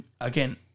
Again